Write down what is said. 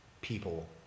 people